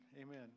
Amen